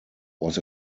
was